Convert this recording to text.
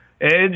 Edge